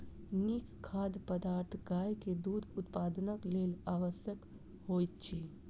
नीक खाद्य पदार्थ गाय के दूध उत्पादनक लेल आवश्यक होइत अछि